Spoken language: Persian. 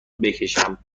بکشم